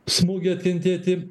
smūgį atkentėti